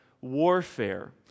warfare